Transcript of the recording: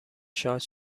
شاد